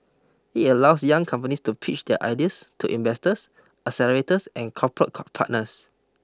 it allows young companies to pitch their ideas to investors accelerators and corporate partners